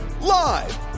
Live